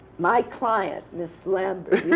my client, ms. lambert,